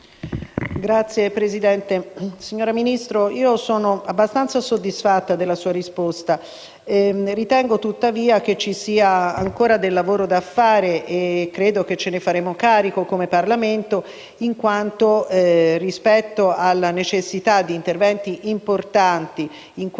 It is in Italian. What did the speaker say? GIORGI *(PD)*. Signor Ministro, sono abbastanza soddisfatta della sua risposta. Ritengo tuttavia che ci sia ancora del lavoro da fare e credo che ce ne faremo carico come Parlamento. Infatti, rispetto alla necessità di interventi importanti in questo